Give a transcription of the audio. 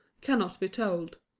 cannot be told.